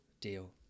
deal